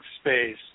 space